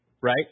right